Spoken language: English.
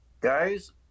Guys